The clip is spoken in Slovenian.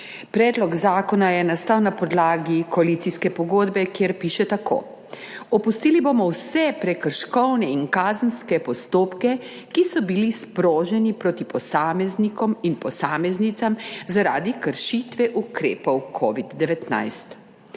Predlog zakona je nastal na podlagi koalicijske pogodbe, kjer piše tako: »Opustili bomo vse prekrškovne in kazenske postopke, ki so bili sproženi proti posameznikom in posameznicam zaradi kršitve ukrepov zoper